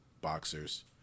boxers